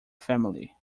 family